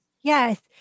Yes